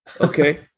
Okay